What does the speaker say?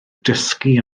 dysgu